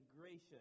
gracious